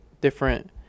different